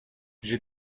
j’ai